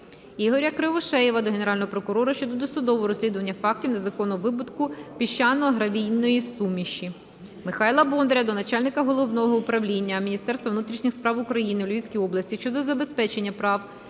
Ігоря Кривошеєва до Генерального прокурора щодо досудового розслідування фактів незаконного видобутку піщано-гравійної суміші. Михайла Бондаря до начальника Головного управління Міністерства внутрішніх справ України у Львівській області щодо забезпечення права